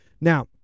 Now